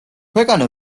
ქვეყანა